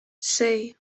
sei